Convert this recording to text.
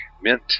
meant